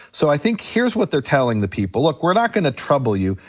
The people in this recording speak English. so i think, here's what they're telling the people. look, we're not gonna trouble you,